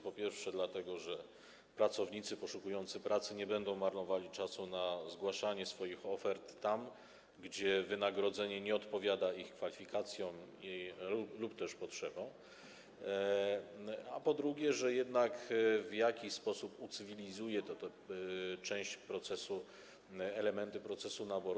Po pierwsze dlatego, że pracownicy poszukujący pracy nie będą marnowali czasu na zgłaszanie swoich ofert tam, gdzie wynagrodzenie nie odpowiada ich kwalifikacjom lub potrzebom, a po drugie, jednak w jakiś sposób ucywilizuje to elementy procesu naboru.